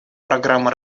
программа